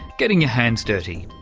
getting your hands dirty.